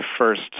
first